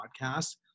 podcast